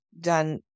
done